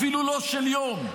אפילו לא של יום.